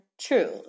true